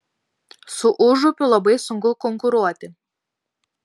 su užupiu labai sunku konkuruoti